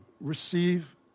receive